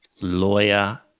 lawyer